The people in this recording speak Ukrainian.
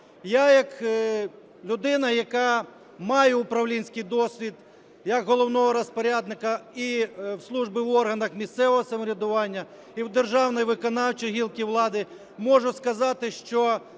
Я як людина, яка має управлінський досвід як головного розпорядника і в службі в органах місцевого самоврядування, і в державній виконавчій гілки влади можу сказати, що